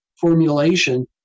formulation